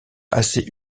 assez